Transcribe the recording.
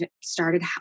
started